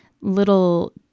little